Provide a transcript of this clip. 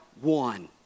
one